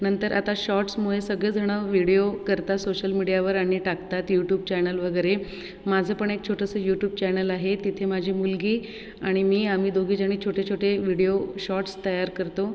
नंतर आता शॉट्समुळे सगळेजण विडीओ करतात सोशल मिडीयावर आणि टाकतात यूटूब चॅनल वगैरे माझं पण एक छोटंसं यूटूब चॅनल आहे तिथे माझी मुलगी आणि मी आम्ही दोघीजणी छोटे छोटे विडीओ शॉटस् तयार करतो